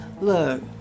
Look